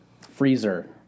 Freezer